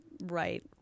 Right